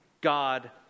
God